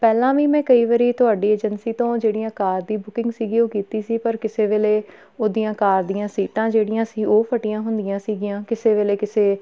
ਪਹਿਲਾਂ ਵੀ ਮੈਂ ਕਈ ਵਾਰੀ ਤੁਹਾਡੀ ਏਜੰਸੀ ਤੋਂ ਜਿਹੜੀਆਂ ਕਾਰ ਦੀ ਬੁਕਿੰਗ ਸੀਗੀ ਉਹ ਕੀਤੀ ਸੀ ਪਰ ਕਿਸੇ ਵੇਲੇ ਉਹਦੀਆਂ ਕਾਰ ਦੀਆਂ ਸੀਟਾਂ ਜਿਹੜੀਆਂ ਸੀ ਉਹ ਫਟੀਆਂ ਹੁੰਦੀਆਂ ਸੀਗੀਆਂ ਕਿਸੇ ਵੇਲੇ ਕਿਸੇ